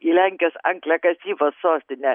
lenkijos angliakasybos sostinę